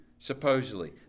supposedly